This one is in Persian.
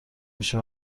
میشه